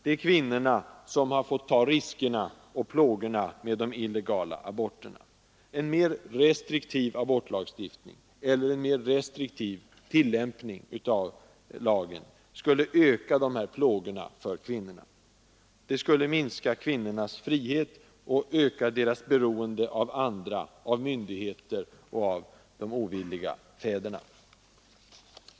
Det är kvinnorna som har fått ta riskerna och plågorna med de illegala aborterna. En mer restriktiv abortlagstiftning, eller en mer restriktiv tillämpning av lagen, skulle öka dessa plågor för kvinnorna, skulle minska kvinnornas frihet och öka deras beroende av andra — av myndigheter och av de ovilliga fäderna.